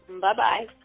Bye-bye